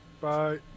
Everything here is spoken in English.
Bye